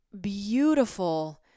beautiful